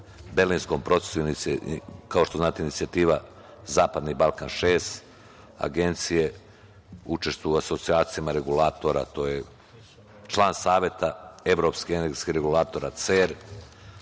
Berlinskom procesu, kao što znate, inicijativa Zapadni Balkan 6. Agencija učestvuje u asocijacijama regulatora. To je član Saveta evropskih energetskih regulatora CER.